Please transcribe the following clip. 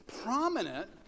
prominent